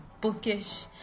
bookish